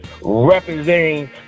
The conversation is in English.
representing